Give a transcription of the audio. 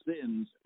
sins